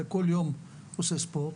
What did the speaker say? וכל יום עושה ספורט.